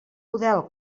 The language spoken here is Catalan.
model